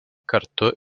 kartu